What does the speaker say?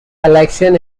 election